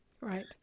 Right